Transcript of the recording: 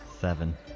seven